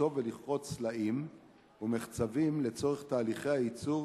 לחצוב ולכרות סלעים ומחצבים לצורך תהליכי הייצור